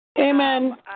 Amen